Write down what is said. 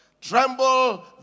Tremble